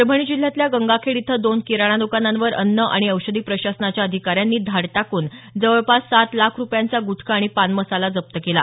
परभणी जिल्ह्यातल्या गंगाखेड इथं दोन किराणा दकानांवर अन्न आणि औषधी प्रशासनाच्या अधिकाऱ्यांनी धाड टाकून जवळपास सात लाख रुपयांचा गुटखा आणि पान मसाला जप्त केला